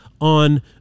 on